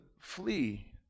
flee